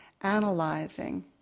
analyzing